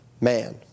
Man